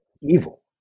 evil